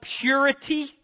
purity